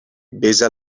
besa